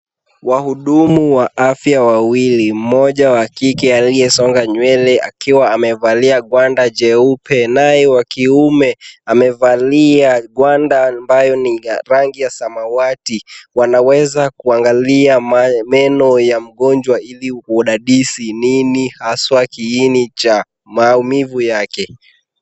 Wahudumu wa afya wawili mmoja wa kike aliyesonga nywele akiwa amevalia gwanda jeupe naye wa kiume amevalia gwanda ambayo ni ya rangi ya samawati wanaweza kuangalia meno ya mgonjwa ili kudadisi nini hasa kiini cha maumivu yake.